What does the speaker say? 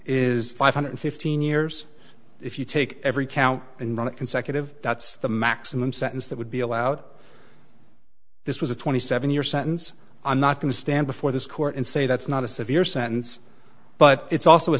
is five hundred fifteen years if you take every cow and run consecutive that's the maximum sentence that would be allowed this was a twenty seven year sentence i'm not going to stand before this court and say that's not a severe sentence but it's also a